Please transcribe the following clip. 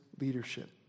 leadership